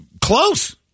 close